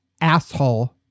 asshole